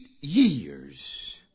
years